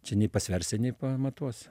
čia nei pasversi nei pamatuosi